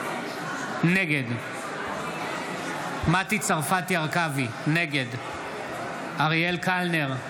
נגד מטי צרפתי הרכבי, נגד אריאל קלנר,